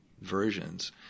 versions